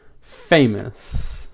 famous